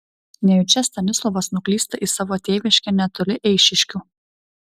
nejučia stanislovas nuklysta į savo tėviškę netoli eišiškių